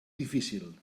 difícil